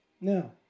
Now